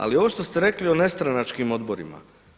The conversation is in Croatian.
Ali ovo što ste rekli o nestranačkim odborima.